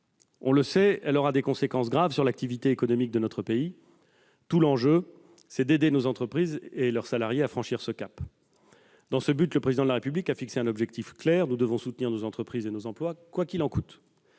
on le sait, aura des conséquences graves sur l'activité économique dans notre pays. Tout l'enjeu est d'aider nos entreprises et leurs salariés à franchir ce cap. Dans cette perspective, le Président de la République a fixé un objectif clair : nous devons soutenir nos entreprises et nos emplois quoi qu'il en coûte.